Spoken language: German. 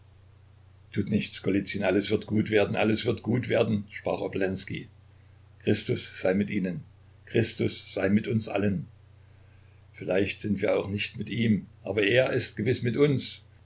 tut nichts golizyn alles wird gut werden alles wird gut werden sprach obolenskij christus sei mit ihnen christus sei mit uns allen vielleicht sind wir auch nicht mit ihm aber er ist gewiß mit uns